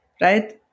right